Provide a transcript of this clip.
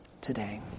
today